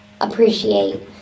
appreciate